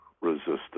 resistance